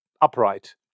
upright